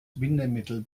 bindemittel